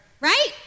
right